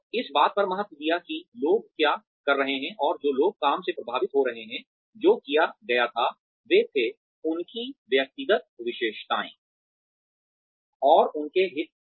इस बात पर महत्त्व दिया कि लोग क्या कर रहे हैं और जो लोग काम से प्रभावित हो रहे हैं जो किया गया था वे थे उनकी व्यक्तिगत विशेषताएँ और उनके हित थे